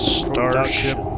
starship